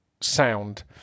sound